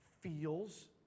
feels